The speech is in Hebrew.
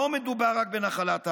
לא מדובר רק בנחלת העבר.